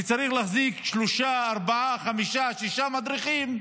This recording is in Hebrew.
שצריך להחזיק שלושה, ארבעה, חמישה, שישה מדריכים,